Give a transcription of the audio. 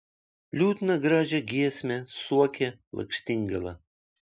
liūdną gražią giesmę suokė lakštingala